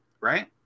Right